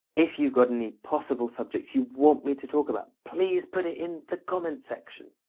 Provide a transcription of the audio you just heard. if you've got any possible subjects you want me to talk about please put it in the comment section.